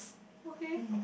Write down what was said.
okay